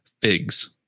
figs